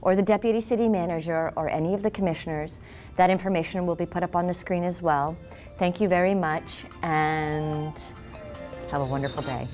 or the deputy city manager or any of the commissioner that information will be put up on the screen as well thank you very much and have a wonderful